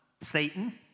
Satan